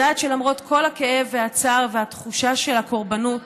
יודעת שלמרות כל הכאב והצער ותחושת הקורבנות,